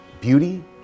beauty